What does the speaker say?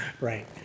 right